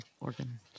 organ